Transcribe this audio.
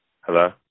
Hello